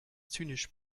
zynisch